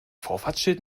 vorfahrtsschild